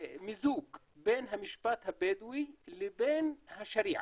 מיזוג בין המשפט הבדואי לבין השריעה,